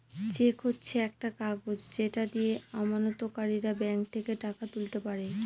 check হচ্ছে একটা কাগজ যেটা দিয়ে আমানতকারীরা ব্যাঙ্ক থেকে টাকা তুলতে পারে